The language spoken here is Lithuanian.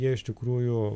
jie iš tikrųjų